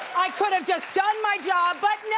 i could've just done my job but no,